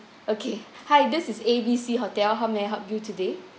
okay hi this is A B C hotel how may I help you today